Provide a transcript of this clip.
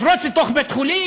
לפרוץ לתוך בית-חולים?